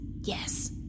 Yes